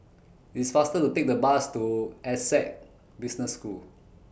IT IS faster to Take The Bus to Essec Business School